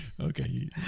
Okay